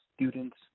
students